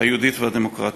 היהודית והדמוקרטית.